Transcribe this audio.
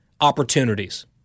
opportunities